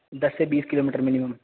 دس سے بیس kilometre minimum